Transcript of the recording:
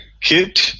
kid